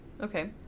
Okay